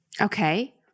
Okay